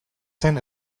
zen